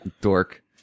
dork